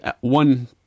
one